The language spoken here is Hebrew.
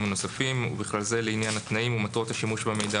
הנוספים - "ובכלל זה לעניין התנאים ומטרות השימוש במידע,